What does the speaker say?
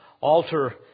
alter